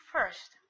First